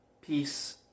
Peace